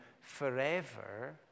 forever